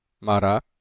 Mara